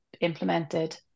implemented